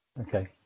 Okay